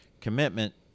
commitment